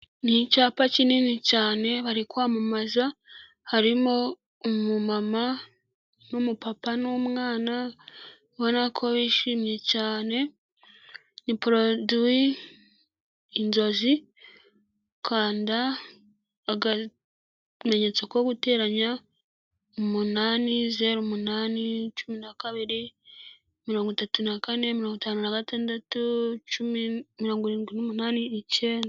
Ni icyapa kinini cyane bari kwamamaza, harimo umumama n'umupapa n'umwana, ubona ko bishimye cyane, ni poroduwi inzozi kanda akamenyetso ko guteranya, umunani zeru umunani cumi na kabiri, mirongo itatu na kane mirongo itanu na gatandatu, karindwi umunani, icyenda.